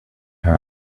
her